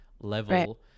level